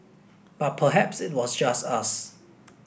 but perhaps it was just us